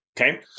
okay